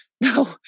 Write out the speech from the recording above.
no